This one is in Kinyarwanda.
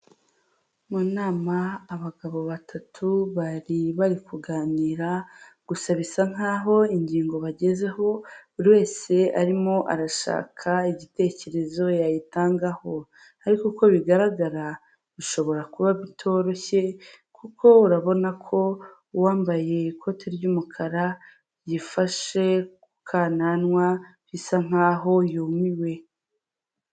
Mu nama abagabo batatu bari bari kuganira, gusa bisa nkaho ingingo bagezeho buri wese arimo arashaka igitekerezo yayitangaho. Ariko uko bigaragara, bishobora kuba bitoroshye, kuko urabona ko, uwambaye ikoti ry'umukara yifashe ku kananwa bisa, nkaho yumiwe.